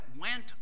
went